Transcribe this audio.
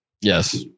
Yes